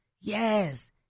Yes